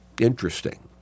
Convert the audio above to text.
interesting